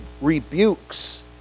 rebukes